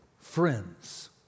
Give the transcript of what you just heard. friends